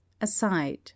aside